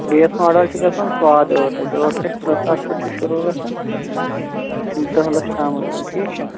بیٚیَس model چھُ گژھان سادٕ ٲٹھ لَچھ ٲٹھ لَچھ تٕرٛہ ساس پٮ۪ٹھ چھُ شروٗع گژھان دہ لَچھ تامَتھ ٹھیٖک چھا